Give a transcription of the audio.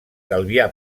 calvià